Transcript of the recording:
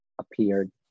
appeared